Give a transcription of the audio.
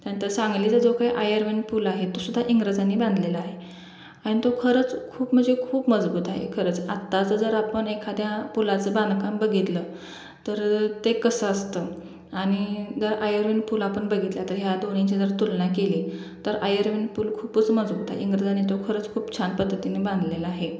नंतर सांगलीचा जो काही आयर्विन पूल आहे तोसुद्धा इंग्रजांनी बांधलेला आहे आणि तो खरंच खूप म्हणजे खूप मजबूत आहे खरंच आत्ताचं जर आपण एखाद्या पुलाचं बांधकाम बघितलं तर ते कसं असतं आणि जर आयर्विन पूल आपण बघितला तर ह्या दोन्हींची जर तुलना केली तर आयर्विन पूल खूपच मजबूत आहे इंग्रजांनी तो खरंच खूप छान पद्धतीने बांधलेला आहे